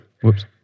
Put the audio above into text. whoops